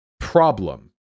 problem